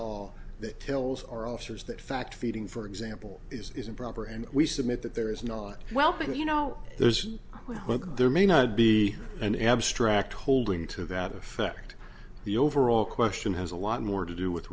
all that tells our officers that fact feeding for example is improper and we submit that there is not well because you know there's well there may not be an abstract holding to that effect the overall question has a lot more to do with